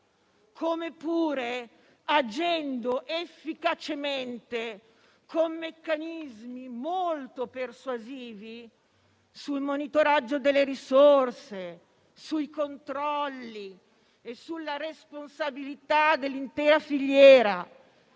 occorre agire efficacemente con meccanismi molto persuasivi sul monitoraggio delle risorse, sui controlli e sulla responsabilità dell'intera filiera,